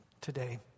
today